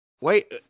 wait